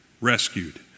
rescued